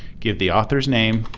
give the author's name,